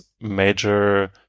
major